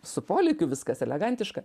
su polėkiu viskas elegantiška